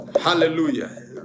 Hallelujah